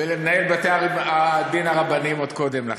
ולמנהל בתי-הדין הרבניים עוד קודם לכן.